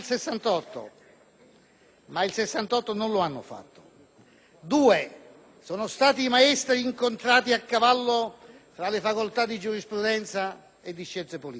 ma il 1968 non lo hanno fatto, due sono stati i maestri incontrati a cavallo fra le facoltà di giurisprudenza e di scienze politiche